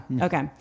okay